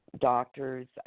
Doctors